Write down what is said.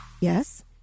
Yes